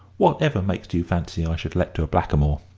whatever made you fancy i should let to a blackamoor?